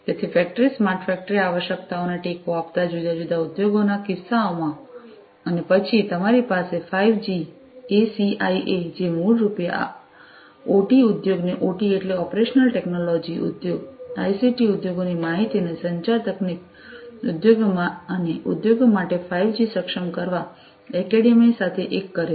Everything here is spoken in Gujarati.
તેથી ફેક્ટરી સ્માર્ટ ફેક્ટરી આવશ્યકતાઓને ટેકો આપતા જુદા જુદા ઉપયોગના કિસ્સાઓ અને પછી તમારી પાસે 5 જી એસીઆઈએ છે જે મૂળ રૂપે ઓટી ઉદ્યોગને ઓટી એટલે ઓપરેશનલ ટેકનોલોજી ઉદ્યોગો આઇસીટી ઉદ્યોગોની માહિતી અને સંચાર તકનીક ઉદ્યોગો અને ઉદ્યોગો માટે 5 જી સક્ષમ કરવા માટે એકેડેમીઆ સાથે એક કરે છે